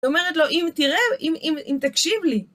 זאת אומרת לו, אם תראה, אם תקשיב לי.